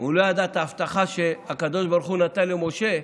הוא לא ידע על ההבטחה שהקדוש ברוך הוא נתן למשה: